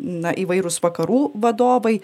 na įvairūs vakarų vadovai